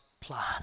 plan